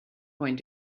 going